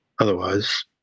Otherwise